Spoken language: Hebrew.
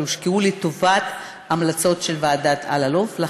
הושקעו לטובת ההמלצות של ועדת אלאלוף.